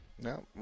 No